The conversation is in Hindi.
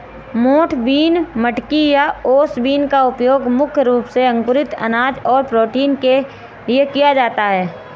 मोठ बीन, मटकी या ओस बीन का उपयोग मुख्य रूप से अंकुरित अनाज और प्रोटीन के लिए किया जाता है